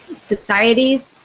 societies